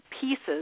pieces